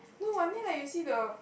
no I mean like you see the